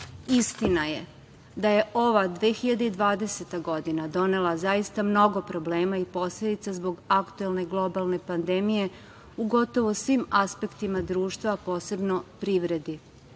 novih. Istina je da je ova 2020. godina donela zaista mnogo problema i posledica zbog aktuelne globalne pandemije u gotovo svim aspektima društva, posebno privrednih,